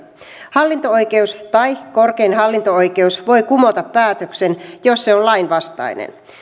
hallinto oikeus tai korkein hallinto oikeus voi kumota päätöksen jos se on lainvastainen